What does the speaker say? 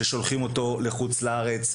ששולחים אותו לחוץ לארץ,